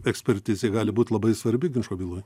ekspertizė gali būt labai svarbi ginčo byloj